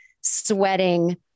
sweating